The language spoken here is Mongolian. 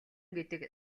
гэдэг